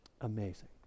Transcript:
Amazing